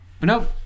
nope